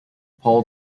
paul